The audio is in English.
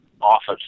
office